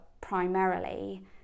primarily